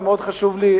ומאוד חשוב לי,